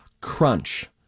crunch